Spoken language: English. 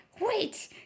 wait